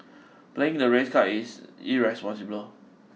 playing the race card is irresponsible